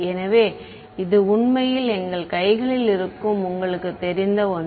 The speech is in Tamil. எனவே இது உண்மையில் எங்கள் கைகளில் இருக்கும் உங்களுக்குத் தெரிந்த ஒன்று